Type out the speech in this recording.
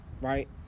right